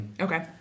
Okay